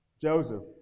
Joseph